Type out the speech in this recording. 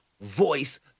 voice